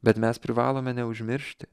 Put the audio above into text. bet mes privalome neužmiršti